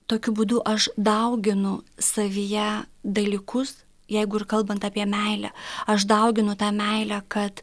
tokiu būdu aš dauginu savyje dalykus jeigu ir kalbant apie meilę aš dauginu tą meilę kad